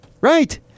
Right